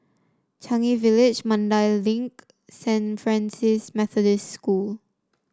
Changi Village Mandai Link Saint Francis Methodist School